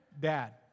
Dad